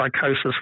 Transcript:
psychosis